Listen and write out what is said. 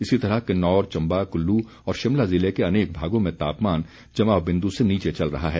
इसी तरह किन्नौर चम्बा कुल्लू और शिमला ज़िले के अनेक भागों में तापमान जमाव बिंदु से नीचे चल रहा है